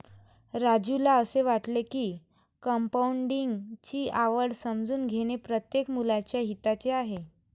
राजूला असे वाटते की कंपाऊंडिंग ची आवड समजून घेणे प्रत्येक मुलाच्या हिताचे आहे